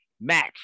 match